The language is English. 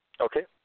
Okay